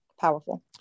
Powerful